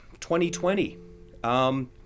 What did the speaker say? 2020